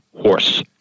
horse